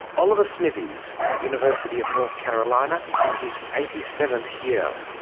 oliver smithies, from the university of north carolina, in his eighty seventh year,